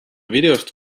videost